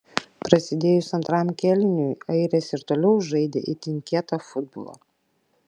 prasidėjus antram kėliniui airės ir toliau žaidė itin kietą futbolą